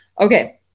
Okay